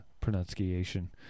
pronunciation